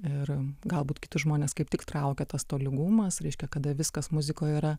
ir galbūt kitus žmones kaip tik traukia tas tolygumas reiškia kada viskas muzikoje yra